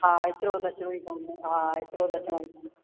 हा एतिरो त अचिणो ई पवंदव हा एतिरो त अचिणो ई पवंदव